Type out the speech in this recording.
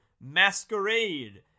Masquerade